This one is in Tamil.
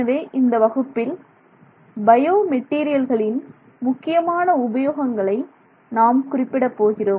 எனவே இந்த வகுப்பில் பயோ மெட்டீரியல்களின் முக்கியமான உபயோகங்களை நாம் குறிப்பிட போகிறோம்